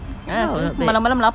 !huh! got no plate